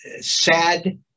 sad